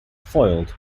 foiled